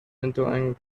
into